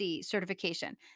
certification